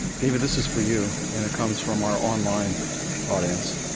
david, this is for you, and it comes from our online audience.